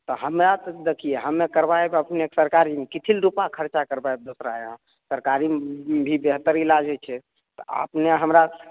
हमे तऽ देखियै हमे करबाएबी अपनेके सरकारीमे कऽथी लए रुपा खर्चा करबाएब दूसरा यहाँ सरकारीमे भी बेहतर इलाज होइ छै तऽ अपने हमर